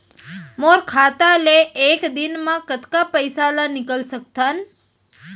मोर खाता ले एक दिन म कतका पइसा ल निकल सकथन?